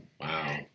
Wow